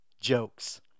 jokes